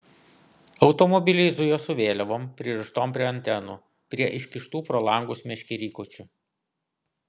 automobiliai zujo su vėliavom pririštom prie antenų prie iškištų pro langus meškerykočių